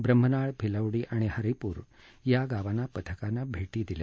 ब्रम्हनाळ भिलवडी आणि हरिपूर या गावांना पथकानं भूष्पी दिल्या